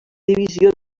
divisió